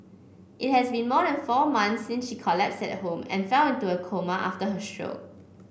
it has been more than four months since she collapsed at home and fell into a coma after her show